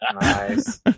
Nice